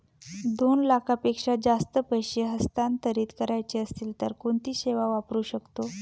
दोन लाखांपेक्षा जास्त पैसे हस्तांतरित करायचे असतील तर कोणती सेवा वापरू शकतो?